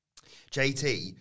JT